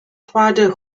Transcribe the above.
father